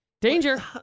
Danger